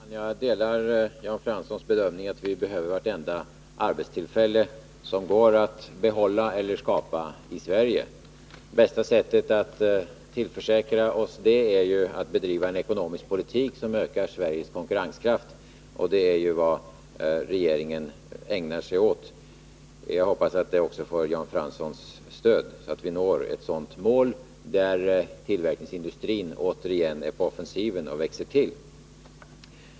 Fru talman! Jag delar Jan Franssons bedömning att vi behöver vartenda arbetstillfälle som går att behålla eller skapa i Sverige. Bästa sättet att tillförsäkra oss det är att bedriva en ekonomisk politik som ökar Sveriges konkurrenskraft, och det är ju vad regeringen ägnar sig åt. Jag hoppas att den politiken också får Jan Franssons stöd, så att vi når målet att tillverkningsindustrin återigen är på offensiven och växer till.